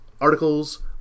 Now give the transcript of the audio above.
articles